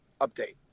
update